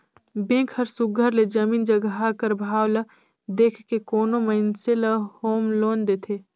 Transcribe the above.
bank हर सुग्घर ले जमीन जगहा कर भाव ल देख के कोनो मइनसे ल होम लोन देथे